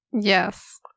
Yes